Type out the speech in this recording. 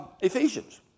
Ephesians